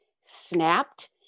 snapped